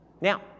Now